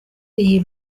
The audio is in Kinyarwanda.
iyi